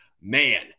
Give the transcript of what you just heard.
man